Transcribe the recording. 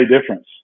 difference